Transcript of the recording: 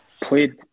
played